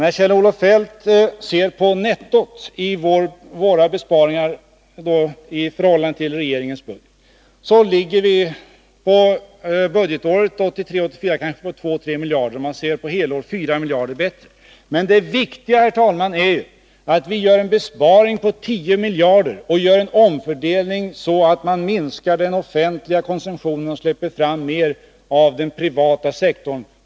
Om Kjell-Olof Feldt ser på nettot i våra besparingar, i förhållande till regeringens budget, finner han att vårt förslag för budgetåret 1983/84 är 2-3 miljarder — för hela året 4 miljarder — bättre. Men det viktiga, herr talman, är att vi gör en besparing på 10 miljarder kronor och åstadkommer en omfördelning så att man minskar den offentliga konsumtionen och släpper fram mera av den privata sektorn.